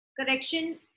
Correction